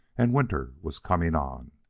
and winter was coming on.